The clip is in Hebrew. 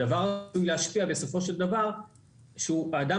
הדבר עלול להשפיע בסופו של דבר על כך שאדם